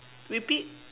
repeat